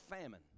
famine